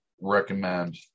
recommend